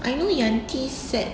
I know yanti sat